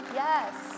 yes